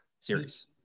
series